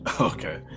okay